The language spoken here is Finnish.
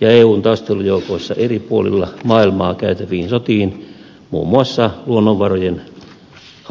ja eun taistelujoukoissa eri puolilla maailmaa käytäviin sotiin muun muassa luonnonvarojen hallinnasta